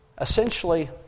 Essentially